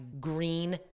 Green